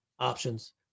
Options